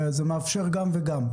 זה מאפשר גם וגם.